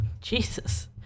Jesus